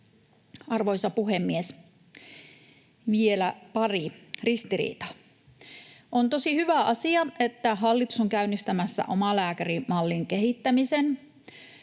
Arvoisa puhemies! Vielä pari ristiriitaa: On tosi hyvä asia, että hallitus on käynnistämässä omalääkärimallin kehittämisen.